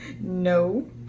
No